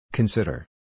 Consider